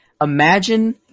imagine